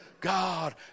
God